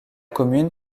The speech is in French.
commune